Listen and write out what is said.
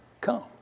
Come